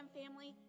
family